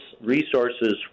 resources